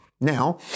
Now